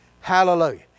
Hallelujah